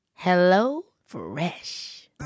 HelloFresh